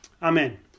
Amen